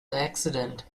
accident